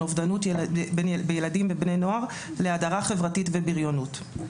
אובדנות בילדים ובני נוער להדרה חברתית ובריונות.